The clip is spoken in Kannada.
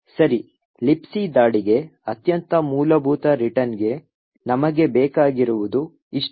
ಸರಿ Libc ದಾಳಿಗೆ ಅತ್ಯಂತ ಮೂಲಭೂತ ರಿಟರ್ನ್ಗೆ ನಮಗೆ ಬೇಕಾಗಿರುವುದು ಇಷ್ಟೇ